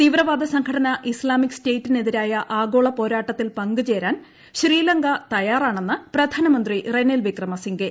തീവ്രവാദസംഘടന Islamic സ്റ്റേറ്റിന് എതിരായ ആഗോളപോരാട്ടത്തിൽ പങ്കുചേരാൻ ശ്രീലങ്ക തയ്യാറാണെന്ന് പ്രധാനമന്ത്രി റെനിൽ വിക്രമസിംഗെ